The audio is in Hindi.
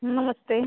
नमस्ते